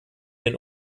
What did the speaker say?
den